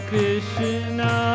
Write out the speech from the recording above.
Krishna